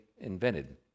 invented